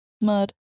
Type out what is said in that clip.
Mud